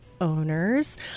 owners